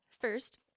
first